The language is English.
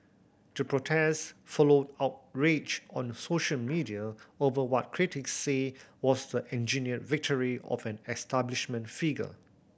the protest followed outrage on the social media over what critics say was the engineered victory of an establishment figure